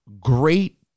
great